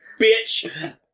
bitch